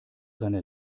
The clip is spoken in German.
seine